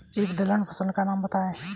एक दलहन फसल का नाम बताइये